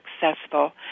successful